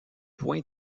point